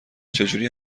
چجوری